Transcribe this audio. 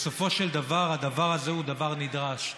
בסופו של דבר הדבר הזה הוא דבר נדרש.